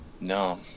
no